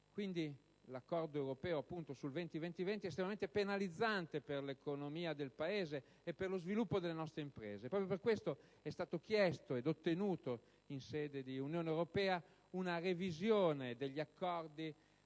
dell'Unione europea del 20 per cento) è estremamente penalizzante per l'economia del Paese e per lo sviluppo delle nostre imprese. Proprio per questo è stata chiesta ed ottenuta in sede di Unione europea una revisione degli accordi nei